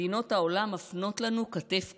מדינות העולם מפנות לנו כתף קרה,